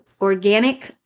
organic